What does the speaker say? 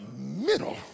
middle